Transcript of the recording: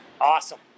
Awesome